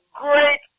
great